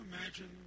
imagine